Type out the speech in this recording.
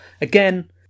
Again